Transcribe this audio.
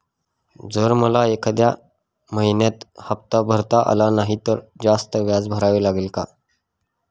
जर मला एखाद्या महिन्यात हफ्ता भरता आला नाही तर जास्त व्याज भरावे लागेल का?